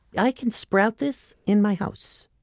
i can sprout this in my house?